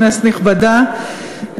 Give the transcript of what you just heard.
כנסת נכבדה,